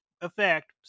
effect